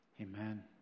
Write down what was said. Amen